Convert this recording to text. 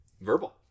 verbal